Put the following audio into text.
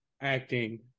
acting